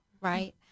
right